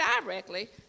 directly